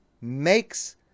makes